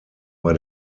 war